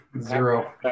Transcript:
Zero